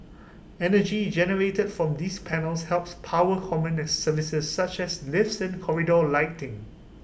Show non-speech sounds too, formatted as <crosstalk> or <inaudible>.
energy generated from these panels helps power common <unintelligible> services such as lifts and corridor lighting